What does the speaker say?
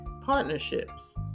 partnerships